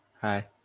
hi